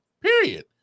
period